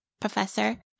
professor